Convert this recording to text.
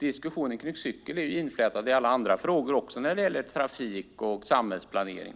Diskussionerna om cykel hänger ihop med alla andra frågor om trafik och samhällsplanering.